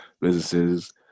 businesses